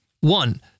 One